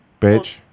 Bitch